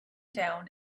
down